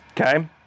Okay